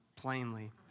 plainly